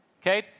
Okay